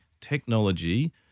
technology